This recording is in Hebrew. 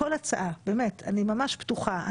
באמת, כול הצעה, אני ממש פתוחה.